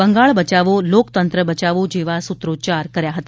બંગાળ બચાવો લોકતંત્ર બચાવો જેવા સૂત્રોચ્ચાર કર્યા હતા